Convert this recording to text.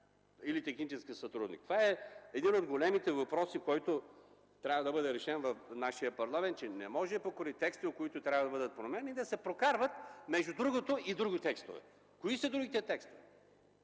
или технически сътрудник. Това е един от големите въпроси, който трябва да бъде решен в нашия парламент – не може покрай текстове, които трябва да бъдат променени, да се прокарват между другото и други текстове. Кои са другите текстове?